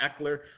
Eckler